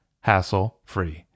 hassle-free